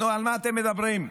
על מה אתם מדברים,